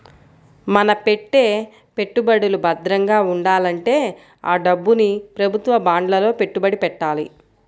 మన పెట్టే పెట్టుబడులు భద్రంగా ఉండాలంటే ఆ డబ్బుని ప్రభుత్వ బాండ్లలో పెట్టుబడి పెట్టాలి